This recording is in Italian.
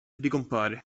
ricompare